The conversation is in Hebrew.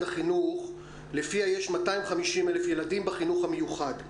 החינוך לפיה יש 250,000 ילדים בחינוך המיוחד.